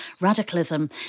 radicalism